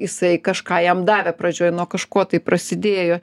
jisai kažką jam davė pradžioj nuo kažko tai prasidėjo